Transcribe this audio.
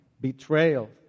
betrayal